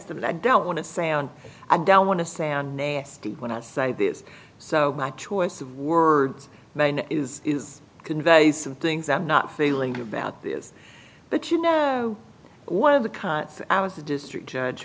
it's that i don't want to sound i don't want to say on nasty when i say this so my choice of words is is convey some things i'm not feeling about this but you know one of the cuts i was a district judge